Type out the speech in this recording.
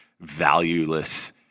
valueless